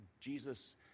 Jesus